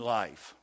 life